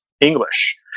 English